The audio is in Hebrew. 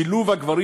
שילוב הגברים